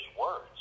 words